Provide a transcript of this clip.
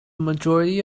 majority